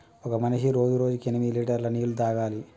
ఒక మనిషి రోజుకి ఎనిమిది లీటర్ల నీళ్లు తాగాలి